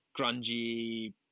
grungy